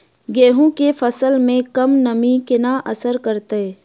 गेंहूँ केँ फसल मे कम नमी केना असर करतै?